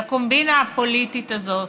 לקומבינה הפוליטית הזאת,